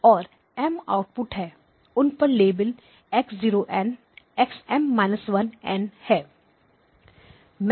और M M output हैं उन पर label x0n x M−1 n है